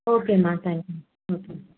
okay மா thank you okay மா